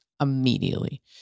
immediately